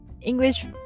english